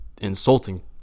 Insulting